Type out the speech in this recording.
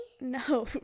No